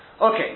Okay